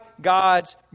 God's